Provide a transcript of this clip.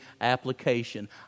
application